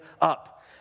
up